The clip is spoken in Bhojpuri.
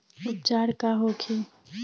उपचार का होखे?